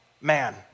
man